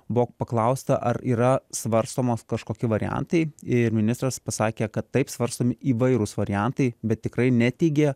buvo paklausta ar yra svarstomos kažkokie variantai ir ministras pasakė kad taip svarstomi įvairūs variantai bet tikrai neteigė